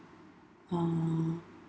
uh